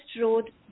road